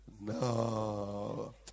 No